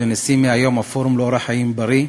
ומהיום נשיא הפורום לאורח חיים בריא,